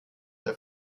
der